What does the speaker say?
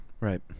Right